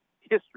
history